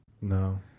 No